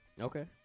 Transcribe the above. Okay